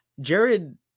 jared